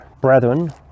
brethren